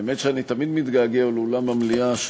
האמת שאני תמיד מתגעגע לאולם המליאה,